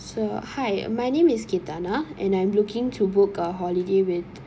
so hi my name is cathana and I'm looking to book a holiday with